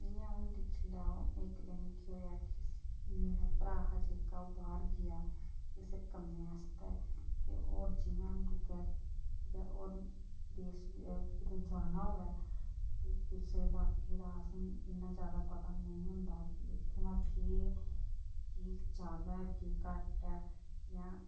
जियां हून दिक्खी लैओ कि इक दिन केह् होएआ कि मेरा भ्राऽ हा जेह्का ओह् बाह्र गेआ किसै कम्मै आस्तै ते होर जियां हून कुतै जाना होऐ ते कुसै लाके दा असें इ'न्ना ज्यादा पता नेईं होंदा कि उत्थुं दा केह् केह् ज्यादा ऐ केह् घट्ट ऐ